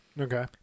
Okay